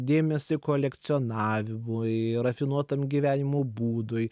dėmesį kolekcionavimui rafinuotam gyvenimo būdui